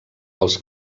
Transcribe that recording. dels